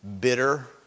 bitter